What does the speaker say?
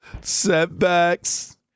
Setbacks